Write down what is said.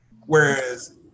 Whereas